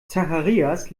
zacharias